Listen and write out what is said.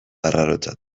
arrarotzat